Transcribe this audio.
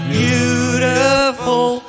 beautiful